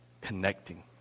connecting